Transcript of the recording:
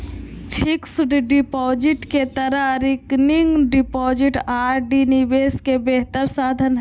fixed deposit के तरह recurring deposit RD निवेश के बेहतर साधन हइ